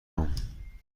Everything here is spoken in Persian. هام